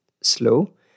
slow